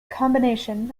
combination